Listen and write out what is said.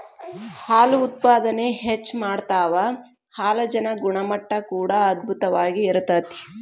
ಹಾಲು ಉತ್ಪಾದನೆ ಹೆಚ್ಚ ಮಾಡತಾವ ಹಾಲಜನ ಗುಣಮಟ್ಟಾ ಕೂಡಾ ಅಧ್ಬುತವಾಗಿ ಇರತತಿ